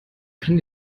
kann